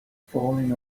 falling